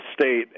state